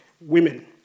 women